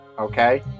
Okay